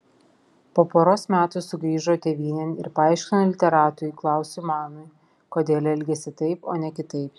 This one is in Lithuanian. po poros metų sugrįžo tėvynėn ir paaiškino literatui klausui manui kodėl elgėsi taip o ne kitaip